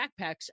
backpacks